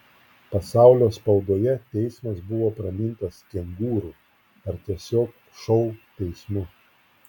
pasaulio spaudoje teismas buvo pramintas kengūrų ar tiesiog šou teismu